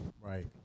Right